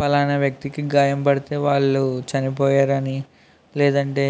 పలానా వ్యక్తికి గాయపడితే వాళ్ళు చనిపోయారని లేదంటే